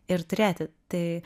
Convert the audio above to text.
ir turėti tai